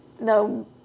no